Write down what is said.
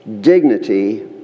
dignity